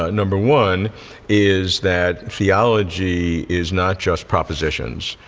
ah number one is that theology is not just propositions.